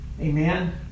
Amen